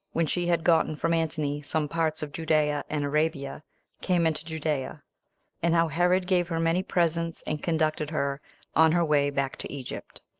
when she had gotten from antony some parts of judea and arabia came into judea and how herod gave her many presents and conducted her on her way back to egypt.